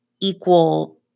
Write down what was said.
equal